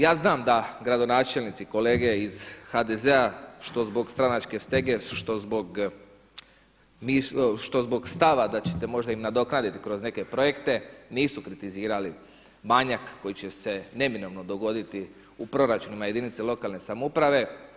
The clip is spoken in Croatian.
Ja znam da gradonačelnici kolege iz HDZ-a, što zbog stranačke stege, što zbog stava da ćete možda im nadoknaditi kroz neke projekte, nisu kritizirali manjak koji će se neminovno dogoditi u proračunima jedinica lokalne samouprave.